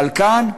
אבל כאן,